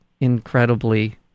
incredibly